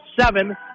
seven